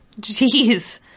Jeez